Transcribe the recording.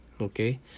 Okay